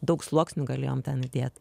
daug sluoksnių galėjom ten įdėt